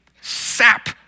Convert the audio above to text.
sap